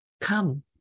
Come